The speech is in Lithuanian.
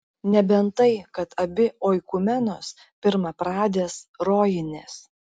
nebent tai kad abi oikumenos pirmapradės rojinės